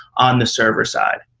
on the server side.